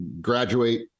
graduate